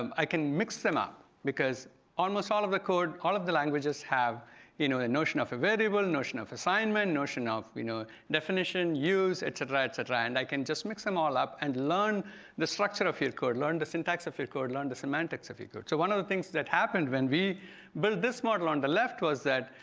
um i can mix them up because almost all of the code, all of the languages have you know a notion of a variable, notion of assignment, notion of you know definition, use, etc. and i can just mix them all up and learn the structure of your code, learn the syntax of your code, learn the semantics of your code. so one of the things that happened when we build this model on the left was that,